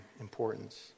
importance